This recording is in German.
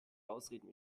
ausreden